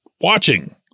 watching